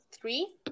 three